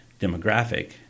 demographic